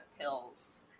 pills